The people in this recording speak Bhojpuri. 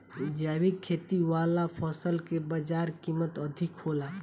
जैविक खेती वाला फसल के बाजार कीमत अधिक होला